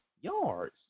yards